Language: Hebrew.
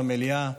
במליאה,